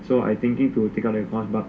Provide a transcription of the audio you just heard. so I thinking to take up that course but